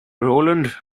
rowland